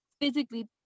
physically